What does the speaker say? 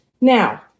Now